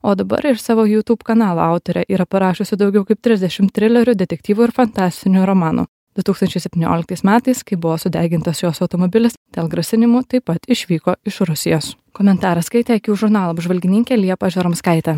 o dabar ir savo jutub kanalo autorė yra parašiusi daugiau kaip trisdešim trilerių detektyvų ir fantastinių romanų du tūkstančiai septynioliktais metais kai buvo sudegintas jos automobilis dėl grasinimų taip pat išvyko iš rusijos komentarą skaitė žurnalo apžvalgininkė liepa žeromskaitė